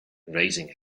raising